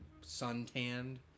suntanned